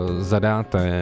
zadáte